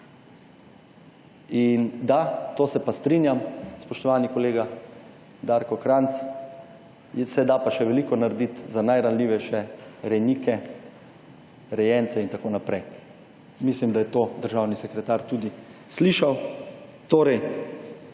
In da, to se pa strinjam, spoštovani kolega Darko Krajnc, se da še pa veliko narediti za najranljivejše rejnike, rejence in tako naprej. Mislim, da je to državni sekretar tudi slišal. Torej,